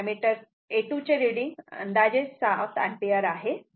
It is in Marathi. तर हे एमीटर A2 चे रीडिंग अंदाजे 7 एम्पिअर आहे